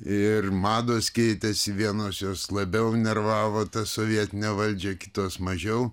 ir mados keitėsi vienos jos labiau nervavo tą sovietinę valdžią kitos mažiau